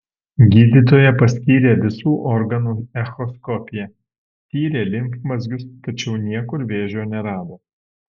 gydytoja paskyrė visų organų echoskopiją tyrė limfmazgius tačiau niekur vėžio nerado